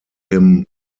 him